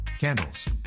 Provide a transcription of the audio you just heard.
candles